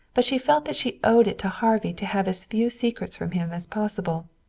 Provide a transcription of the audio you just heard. but she felt that she owed it to harvey to have as few secrets from him as possible.